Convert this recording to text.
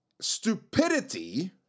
stupidity